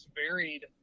varied